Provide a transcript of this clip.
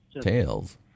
Tails